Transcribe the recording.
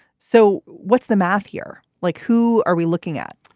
so what's the math here like? who are we looking at?